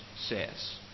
says